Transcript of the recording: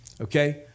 okay